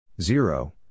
Zero